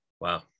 Wow